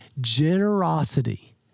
Generosity